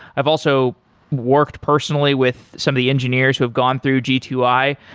i've also worked personally with some of the engineers who have gone through g two i.